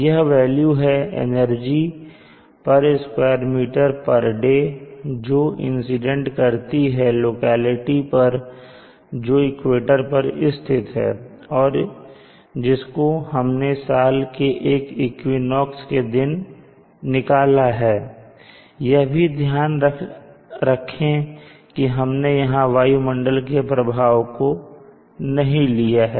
यह वेल्यू है energy square metre day जो इंसिडेंट करती है लोकेलिटी पर जो इक्वेटर पर स्थित है और जिसको हमने साल के एक इक्विनोक्स के दिन निकाला है और यह भी ध्यान रखें कि हमने यहां वायुमंडल के प्रभाव को नहीं लिया है